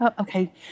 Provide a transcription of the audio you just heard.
okay